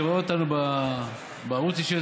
שרואה אותנו בערוץ ישיר,